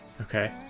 Okay